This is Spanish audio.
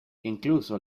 incluso